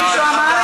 מישהו אמר,